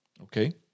Okay